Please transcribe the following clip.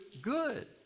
good